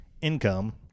income